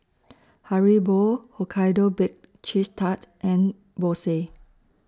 Haribo Hokkaido Baked Cheese Tart and Bose